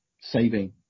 saving